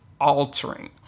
altering